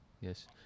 yes